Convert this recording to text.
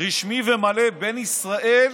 רשמי ומלא בין ישראל